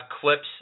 clips